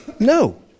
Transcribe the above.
no